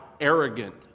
arrogant